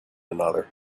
another